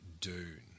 Dune